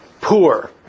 poor